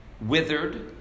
withered